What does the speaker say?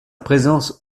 présence